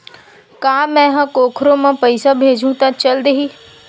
का मै ह कोखरो म पईसा भेजहु त चल देही?